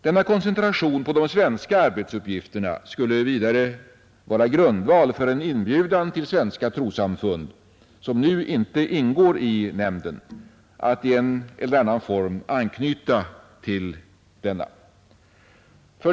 Denna koncentration på de svenska arbetsuppgifterna skulle vidare vara grundval för en inbjudan till svenska trossamfund, som nu inte ingår i nämnden, att i en eller annan form anknyta till denna.